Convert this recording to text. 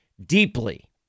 deeply